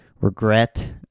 regret